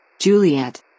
Juliet